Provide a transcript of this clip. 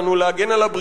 להגן על הסביבה שלנו,